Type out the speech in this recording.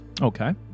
Okay